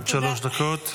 עד שלוש דקות לרשותך.